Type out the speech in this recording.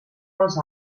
els